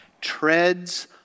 treads